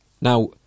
now